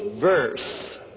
verse